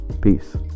peace